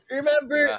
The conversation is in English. remember